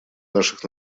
наших